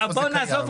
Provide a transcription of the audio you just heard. איפה זה קיים,